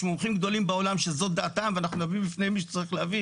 יש מומחים גדולים בעולם שזאת דעתם ואנחנו נביא בפני מי שצריך להביא,